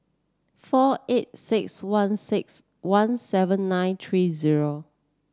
four eight six one six one seven nine three zero